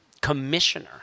commissioner